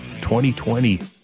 2020